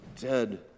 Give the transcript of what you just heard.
dead